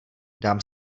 dám